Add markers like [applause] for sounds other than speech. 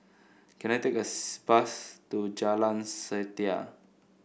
can I take a [unintelligible] bus to Jalan Setia